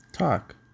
Talk